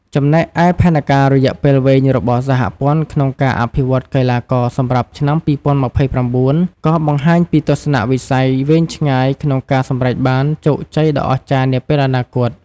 ចំណែកឯ ផែនការរយៈពេលវែងរបស់សហព័ន្ធក្នុងការអភិវឌ្ឍកីឡាករសម្រាប់ឆ្នាំ ២០២៩ ក៏បង្ហាញពីទស្សនៈវិស័យវែងឆ្ងាយក្នុងការសម្រេចបានជោគជ័យដ៏អស្ចារ្យនាពេលអនាគត។